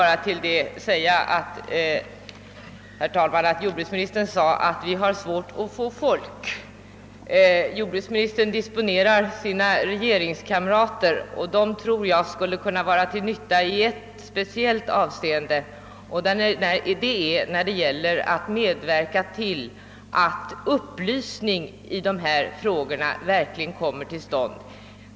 Jag vill också kommentera jordbruksministerns ord om att vi har svårt att få folk. Jordbruksministern disponerar sina regeringskamrater och jag tror att de skulle vara till nytta i ett speciellt avseende, nämligen när det gäller att medverka till att upplysningen i dessa frågor intensifieras.